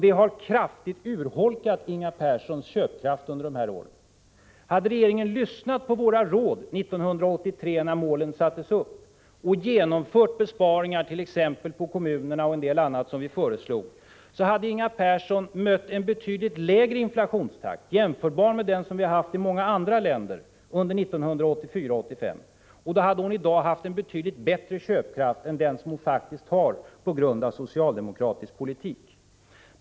Det har kraftigt urholkat Inger Perssons köpkraft under dessa år. Hade regeringen lyssnat till våra råd 1983, när målen sattes upp, och genomfört besparingar t.ex. i fråga om kommunerna och en del annat som vi föreslog, så hade Inger Persson mött en betydligt lägre inflationstakt, jämförbar med den som förekommit i många andra länder, under 1984 och 1985. Då hade hon i dag haft en betydligt bättre köpkraft än den som hon på grund av socialdemokratisk politik faktiskt har.